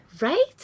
Right